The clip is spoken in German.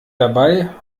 dabei